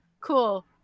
cool